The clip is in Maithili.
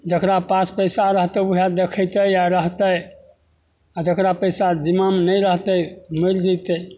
जकरा पास पइसा रहतै वएह देखेतै आओर रहतै आओर जकरा पइसा जिम्मामे नहि रहतै मरि जएतै